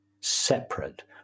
separate